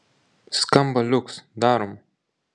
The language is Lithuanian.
skamba liuks darom